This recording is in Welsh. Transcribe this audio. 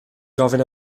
gofyn